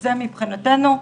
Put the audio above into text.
זה מבחינתנו.